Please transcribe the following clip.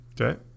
Okay